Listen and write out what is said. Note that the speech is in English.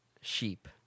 sheep